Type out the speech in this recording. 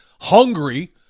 hungry –